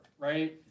right